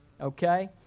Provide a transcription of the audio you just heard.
okay